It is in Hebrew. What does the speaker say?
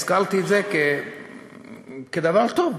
הזכרתי את זה כדבר טוב.